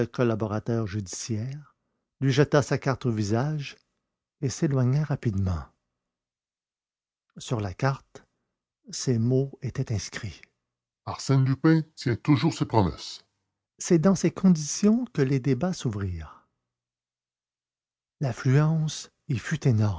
collaborateur judiciaire lui jeta sa carte au visage et s'éloigna rapidement sur la carte ces mots étaient inscrits arsène lupin tient toujours ses promesses c'est dans ces conditions que les débats s'ouvrirent l'affluence y fut